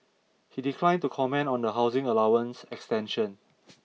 he declined to comment on the housing allowance extension